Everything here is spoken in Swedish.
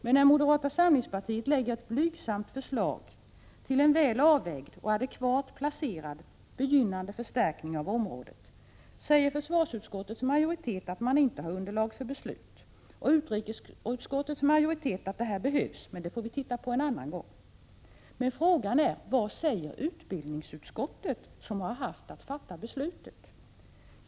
Men när moderata samlingspartiet lägger fram ett blygsamt förslag till en väl avvägd och adekvat placerad begynnande förstärkning av området säger försvarsutskottets majoritet att man inte har underlag för beslut och utrikesutskottets majoritet att det här behövs, men att vi får se på det hela en annan gång. Men frågan är vad utbildningsutskottet, som har haft att fatta beslutet, säger.